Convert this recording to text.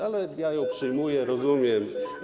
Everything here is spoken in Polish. Ale ja ją przyjmuję, rozumiem.